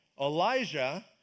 Elijah